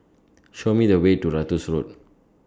Show Me The Way to Ratus Road